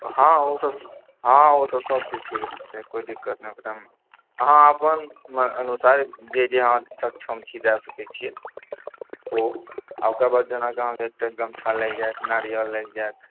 हँ ओसब हँ ओसब सबचीज ठीक कोइ दिक्कत नहि एकदम अहाँ अपन अनुसार जे जे अहाँ सक्षम छी दए सकैत छिऐ ओ आ ओकरबाद जेना अहाँकेँ एकटा गमछा लागि जाएत नारियल लागि जाएत